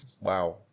Wow